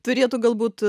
turėtų galbūt